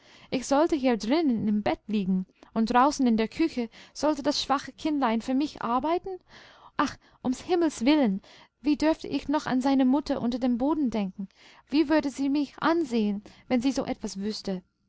ich sollte hier drinnen im bett liegen und draußen in der küche sollte das schwache kindlein für mich arbeiten ach um's himmels willen wie dürfte ich noch an seine mutter unter dem boden denken wie würde sie mich ansehen wenn sie so etwas wüßte